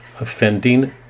offending